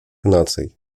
наций